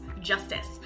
justice